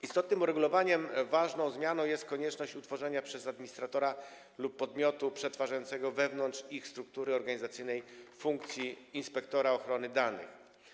Istotnym uregulowaniem, ważną zmianą jest konieczność utworzenia przez administratora lub podmiot przetwarzający wewnątrz ich struktury organizacyjnej funkcji inspektora ochrony danych.